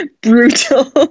brutal